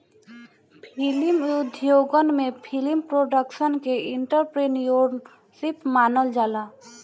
film उद्योगन में film production के एंटरप्रेन्योरशिप मानल जाला